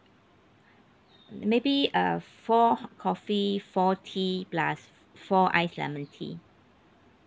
maybe uh four hot coffee four tea plus four iced lemon tea